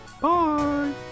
Bye